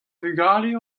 vugale